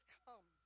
come